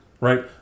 right